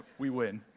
we win.